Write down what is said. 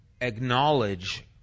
acknowledge